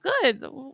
good